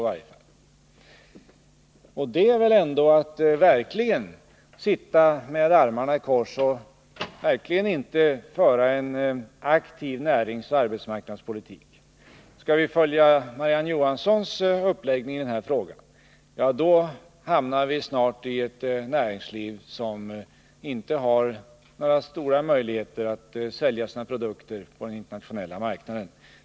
Men det är väl ändå verkligen att sitta med armarna i kors och verkligen inte att föra ens effekter på sysselsättningen ens effekter på sysselsättningen någon aktiv näringsoch arbetsmarknadspolitik! Skulle vi följa Marie-Ann Johanssons uppläggning i frågan, skulle vi snart hamna i ett näringsliv som inte har stora möjligheter att sälja sina produkter på den internationella marknaden.